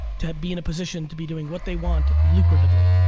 to be in a position to be doing what they want lucratively,